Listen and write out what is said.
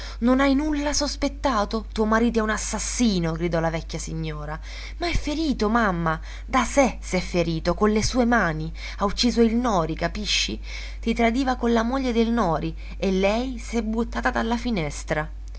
non hai nulla sospettato tuo marito è un assassino gridò la vecchia signora ma è ferito mamma da sé s'è ferito con le sue mani ha ucciso il nori capisci ti tradiva con la moglie del nori e lei s'è buttata dalla finestra